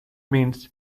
means